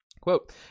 quote